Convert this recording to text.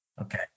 Okay